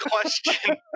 question